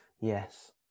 Yes